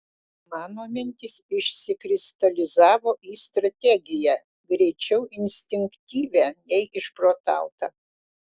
mano mintys išsikristalizavo į strategiją greičiau instinktyvią nei išprotautą